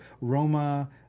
Roma